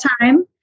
time